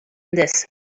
this